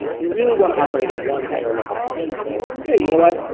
you really want to operate it one higher level up and say, hey, you know what?